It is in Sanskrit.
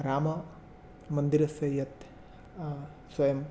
राममन्दिरस्य यत् स्वयं